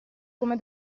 come